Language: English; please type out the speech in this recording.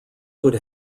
would